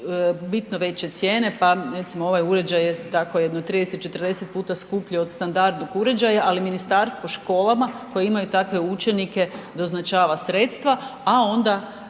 bitno veće cijene, pa recimo ovaj uređaj je tako 30, 40 puta skuplji od standardnog uređaja, ali ministarstvo školama koje imaju takve učenike doznačava sredstva, a onda